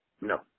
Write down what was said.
No